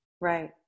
Right